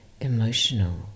emotional